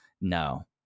no